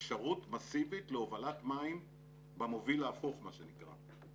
אפשרות מסיבית להובלת מים במוביל ההפוך, מה שנקרא.